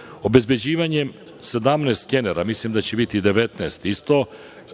toga. Obezbeđivanjem 17 skenera, mislim da će biti i 19 isto,